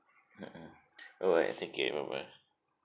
mm mm oh ah take care bye bye